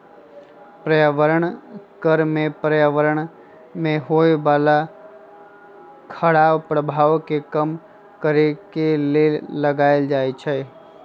पर्यावरण कर में पर्यावरण में होय बला खराप प्रभाव के कम करए के लेल लगाएल जाइ छइ